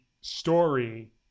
story